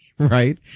Right